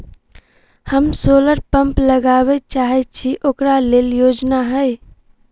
हम solar pump लगाबै चाहय छी ओकरा लेल योजना हय?